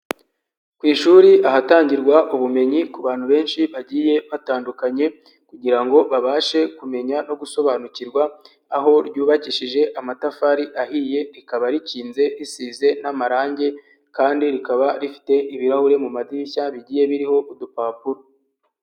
Ku ishuri ahatangirwa ubumenyi ku bantu benshi bagiye batandukanye kugira ngo babashe kumenya no gusobanukirwa, aho ryubakishije amatafari ahiye, rikaba rikinze risize n'amarange kandi rikaba rifite ibirahuri mu madirishya, bigiye biriho udupapuro.